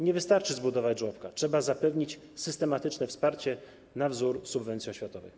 Nie wystarczy zbudować żłobek, trzeba zapewnić systematyczne wsparcie na wzór subwencji oświatowej.